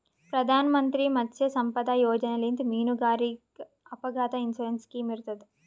ಪ್ರಧಾನ್ ಮಂತ್ರಿ ಮತ್ಸ್ಯ ಸಂಪದಾ ಯೋಜನೆಲಿಂತ್ ಮೀನುಗಾರರಿಗ್ ಅಪಘಾತ್ ಇನ್ಸೂರೆನ್ಸ್ ಸ್ಕಿಮ್ ಇರ್ತದ್